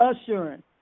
assurance